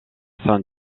sein